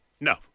no